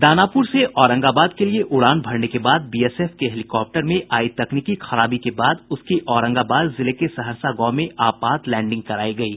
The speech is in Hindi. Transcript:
दानापूर से औरंगाबाद के लिये उड़ान भरने के बाद बीएसएफ के हेलीकाप्टर में आयी तकनीकी खराबी के बाद उसकी औरंगाबाद जिले के सहरसा गांव में आपात लैंडिंग करायी गयी